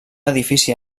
edifici